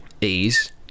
ease